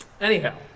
anyhow